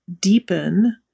deepen